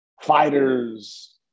fighters